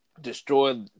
destroy